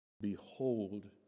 behold